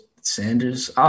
Sanders